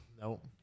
Nope